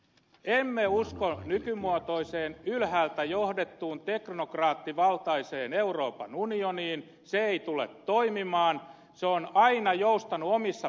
emme usko nykymuotoiseen ylhäältä johdettuun teknokraattivaltaiseen euroopan unioniin se ei tule toimimaan se on aina joustanut omissa pelisäännöissään